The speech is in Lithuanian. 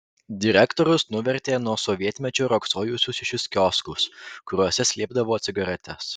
direktorius nuvertė nuo sovietmečio riogsojusius šešis kioskus kuriuose slėpdavo cigaretes